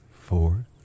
four